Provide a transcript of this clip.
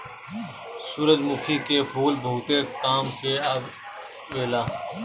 सूरजमुखी के फूल बहुते काम में आवेला